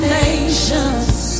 nations